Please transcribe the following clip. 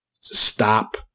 stop